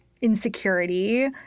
insecurity